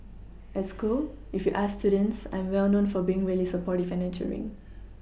at school if you ask students I'm well known for being really supportive and nurturing